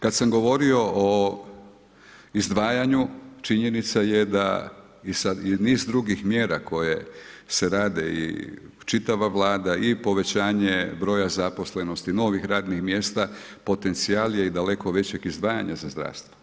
Kad sam govorio o izdvajanju, činjenica je da i sad niz drugih mjera koje se rade i čitava Vlada i povećanje broja zaposlenosti, novih radnih mjesta, potencijal je i daleko većeg izdvajanja za zdravstvo.